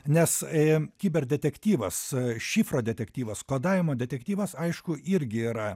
nes ė kiber detektyvas šifro detektyvas kodavimo detektyvas aišku irgi yra